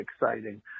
exciting